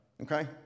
Okay